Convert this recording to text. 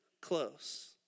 close